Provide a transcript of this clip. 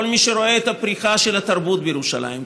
כל מי שרואה את הפריחה של התרבות בירושלים,